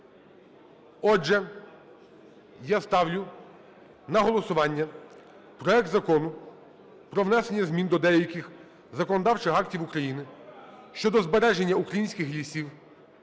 Отже, я ставлю на голосування проект Закону про внесення змін до деяких законодавчих актів України щодо збереження українських лісів